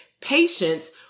patience